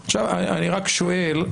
אז אני רק רוצה להבין,